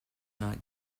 not